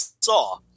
saw